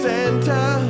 Santa